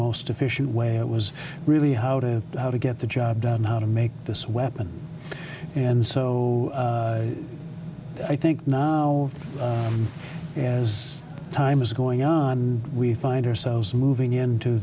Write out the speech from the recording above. most efficient way it was really how to how to get the job done how to make this weapon and so i think now as time is going on we find ourselves moving into